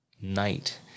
night